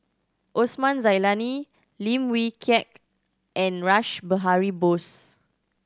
Osman Zailani Lim Wee Kiak and Rash Behari Bose